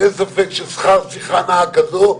שאין ספק ששכר --- כזו,